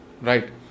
right